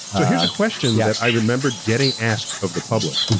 so here's a question that i remembered getting asked of the public.